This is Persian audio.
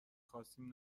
خواستیم